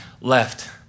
left